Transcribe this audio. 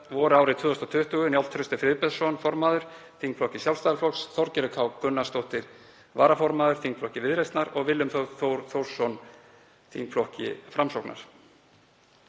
voru árið 2020 Njáll Trausti Friðbertsson formaður, þingflokki Sjálfstæðisflokks, Þorgerður K. Gunnarsdóttir varaformaður, þingflokki Viðreisnar, og Willum Þór Þórsson, þingflokki Framsóknar.